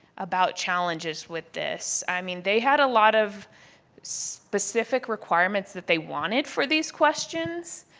about challenges with this. i mean they had a lot of specific requirements that they wanted for these questions.